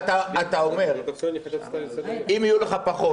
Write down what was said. אתה אומר שאם יהיו לך פחות,